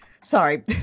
sorry